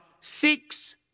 six